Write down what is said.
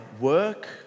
work